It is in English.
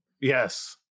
Yes